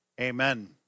Amen